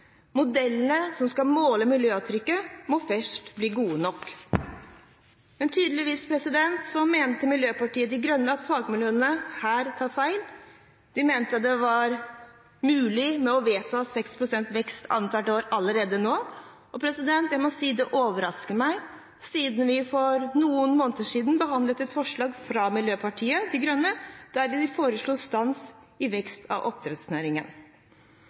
Modellene som skal måle miljøavtrykket, må først bli gode nok. Men tydeligvis mente Miljøpartiet De Grønne at fagmiljøene her tar feil. De mente det var mulig å vedta 6 pst. vekst annethvert år allerede nå. Jeg må si det overrasker meg, siden vi for noen måneder siden behandlet et forslag fra Miljøpartiet De Grønne der de foreslo stans i veksten i oppdrettsnæringen.